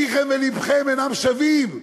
פיכם ולבכם אינם שווים,